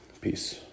Peace